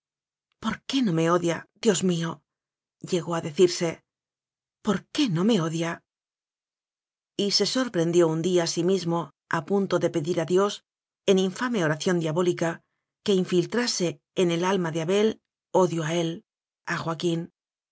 por qué no me odia dios mío llegó a decirse por qué no me odia y se sorprendió un día a sí mismo a punto de pedir a dios en infame oración diabó lica que infiltrase en el alma de abel odio a el a joaquín